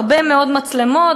הרבה מאוד מצלמות,